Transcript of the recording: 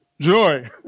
joy